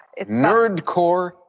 Nerdcore